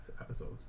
episodes